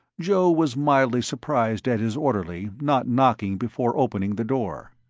joe was mildly surprised at his orderly not knocking before opening the door.